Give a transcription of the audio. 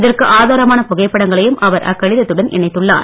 இதற்கு ஆதாரமான புகைப்படங்களையும் அவர் அக்கடிதத்துடன் இணைத்துள்ளார்